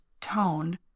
tone